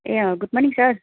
A uh good morning sir